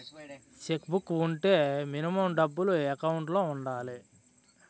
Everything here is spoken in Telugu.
చెక్ బుక్ వుంటే మినిమం డబ్బులు ఎకౌంట్ లో ఉండాలి?